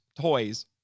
toys